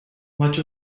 much